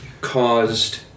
caused